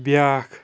بیاکھ